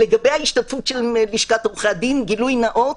ההשתתפות של לשכת עורכי הדין - גילוי נאות